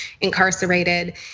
incarcerated